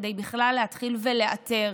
כדי בכלל להתחיל ולאתר